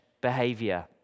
behavior